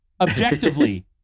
Objectively